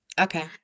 Okay